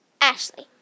Ashley